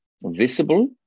visible